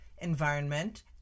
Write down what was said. environment